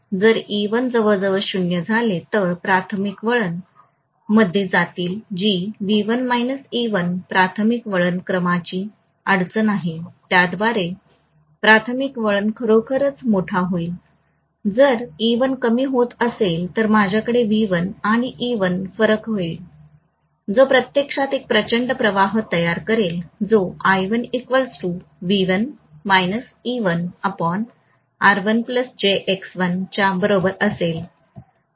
जर e1 जवळजवळ 0 झाले तर प्राथमिक वळण मध्ये जातील जी प्राथमिक वळण क्रमाची अडचण आहे त्याद्वारे प्राथमिक वळण खरोखरच मोठा होईल जर कमी होत असेल तर माझ्याकडे V1 आणि फरक असेल जो प्रत्यक्षात एक प्रचंड प्रवाह तयार करेल जो च्या बरोबर असेल